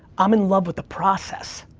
i'm in love with the process.